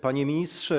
Panie Ministrze!